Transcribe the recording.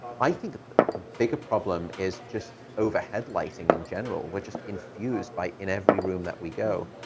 i think the bigger problem is just overhead lighting in general. we're just infused by, in every room that we go.